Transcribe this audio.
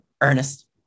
Ernest